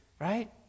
right